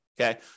Okay